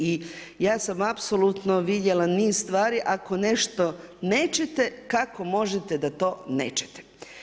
I ja sam apsolutno vidjela niz stvari ako nešto nećete kako možete da to nećete.